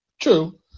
True